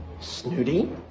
Snooty